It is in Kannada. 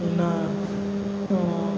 ಇನ್ನೂ